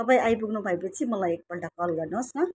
तपाईँ आइपुग्नु भएपछि मलाई एकपल्ट कल गर्नुहोस् न